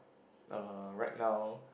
uh right now